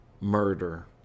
murder